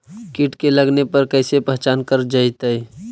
कीट के लगने पर कैसे पहचान कर जयतय?